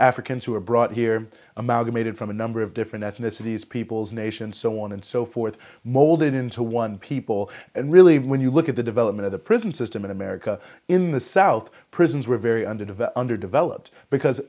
africans who are brought here amalgamated from a number of different ethnicities peoples nations so on and so forth molded into one people and really when you look at the development of the prison system in america in the south prisons were very underdeveloped underdeveloped because